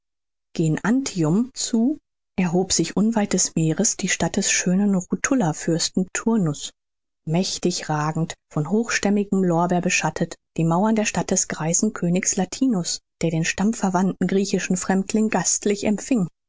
gen antium zu erhob sich unweit des meeres die stadt des schönen rutulerfürsten turnus mächtig ragten von hochstämmigem lorbeer beschattet die mauern der stadt des greisen königs latinus der den stammverwandten griechischen fremdling gastlich empfing